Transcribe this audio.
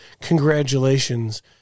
congratulations